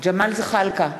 ג'מאל זחאלקה,